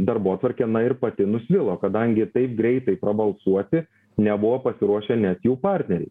darbotvarkę na ir pati nusvilo kadangi taip greitai prabalsuoti nebuvo pasiruošę net jų partneriai